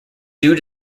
due